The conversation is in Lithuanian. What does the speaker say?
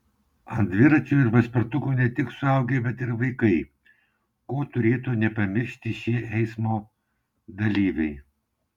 ant dviračių ir paspirtukų ne tik suaugę bet ir vaikai ko turėtų nepamiršti šie eismo dalyviai